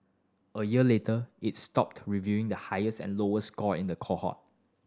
a year later it stopped revealing the highest and lowest score in the cohort